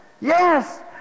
Yes